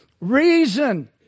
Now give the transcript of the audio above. Reason